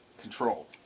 control